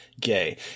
gay